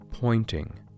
pointing